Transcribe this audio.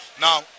Now